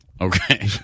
Okay